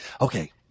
Okay